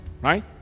Right